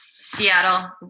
Seattle